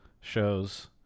shows